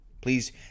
Please